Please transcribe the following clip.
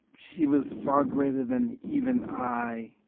she was far greater than even i